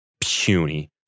puny